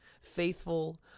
faithful